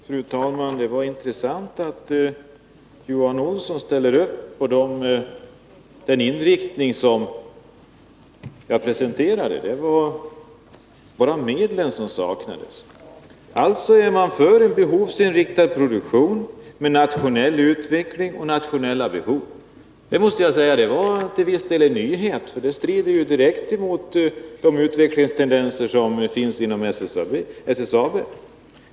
Fru talman! Det var intressant att höra att Johan Olsson ställer upp när det gäller den inriktning som jag presenterade. Det var bara medlen som saknades. Alltså är man för en behovsinriktad produktion med nationell utveckling och nationella behov. Jag måste säga att det till viss del var en nyhet. Det strider ju direkt emot de utvecklingstendenser som finns inom SSAB.